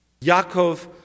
Yaakov